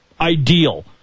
ideal